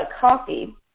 Coffee